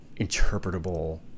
interpretable